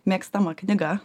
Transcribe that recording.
mėgstama knyga